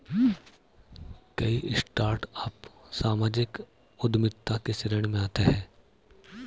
कई स्टार्टअप सामाजिक उद्यमिता की श्रेणी में आते हैं